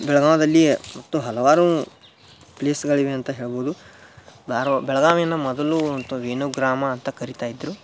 ಬೆಳಗಾವಿಯಲ್ಲಿಯೇ ಮತ್ತು ಹಲವಾರು ಪ್ಲೇಸ್ಗಳಿವೆ ಅಂತ ಹೇಳ್ಬೋದು ನಾನು ಬೆಳಗಾವಿಯನ್ನ ಮೊದಲು ಅಂಥದ್ ಏನೋ ಗ್ರಾಮ ಅಂತ ಕರಿತಾ ಇದ್ದರು